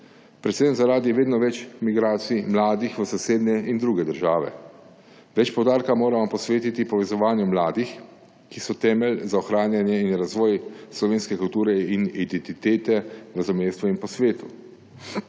predvsem zaradi vedno več migracij mladih v sosednje in druge države. Več poudarka moramo posvetiti povezovanju mladih, ki so temelj za ohranjanje in razvoj slovenske kulture in identitete v zamejstvu in po svetu.